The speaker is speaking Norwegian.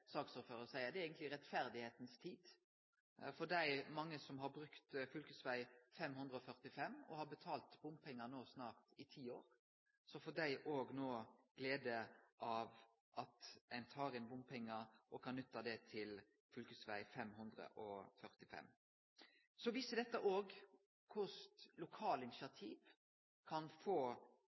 saksordføraren seier, det er eigentleg rettferdas tid for dei mange som har brukt fv. 545 og som har betalt bompengar nå snart i ti år. Dei får nå glede av at ein tar inn bompengar som kan bli nytta til fv. Dette viser òg korleis lokale initiativ kan få